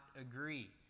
agree